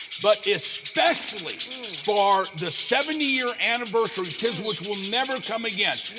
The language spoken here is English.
but especially for the seventy year anniversary tiz which will never come again.